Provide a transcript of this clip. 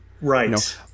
Right